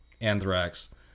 Anthrax